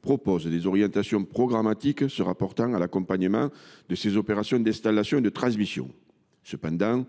prévoir des orientations programmatiques se rapportant à l’accompagnement de ces opérations d’installation et de transmission. Cependant,